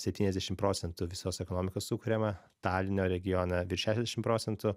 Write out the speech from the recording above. septyniasdešimt procentų visos ekonomikos sukuriama talinio regione virš šešiasdešim procentų